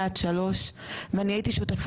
י.ח: לא לבדוק בכלל, זה מה שאת מציעה?